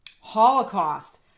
Holocaust